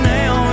now